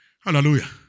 Hallelujah